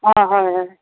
অ' হয় হয়